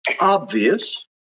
obvious